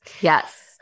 Yes